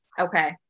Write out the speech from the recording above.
okay